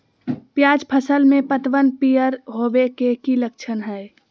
प्याज फसल में पतबन पियर होवे के की लक्षण हय?